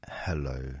Hello